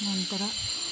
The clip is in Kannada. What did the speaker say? ನಂತರ